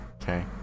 Okay